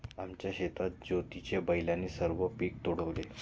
आमच्या शेतात ज्योतीच्या बैलाने सर्व पीक तुडवले